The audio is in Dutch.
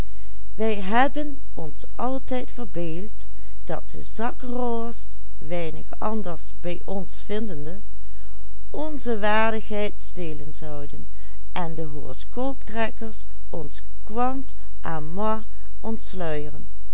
onze waardigheid stelen zouden en de horoscooptrekkers ons quant à moi ontsluieren